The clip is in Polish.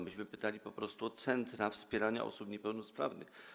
Myśmy pytali po prostu o centra wspierania osób niepełnosprawnych.